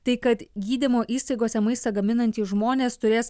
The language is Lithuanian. tai kad gydymo įstaigose maistą gaminantys žmonės turės